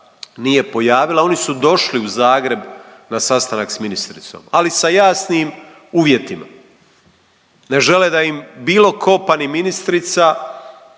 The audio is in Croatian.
nije pojavila oni su došli u Zagreb na sastanak sa ministricom, ali sa jasnim uvjetima. Ne žele da im bilo tko, pa ni ministrica,